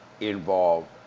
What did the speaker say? involved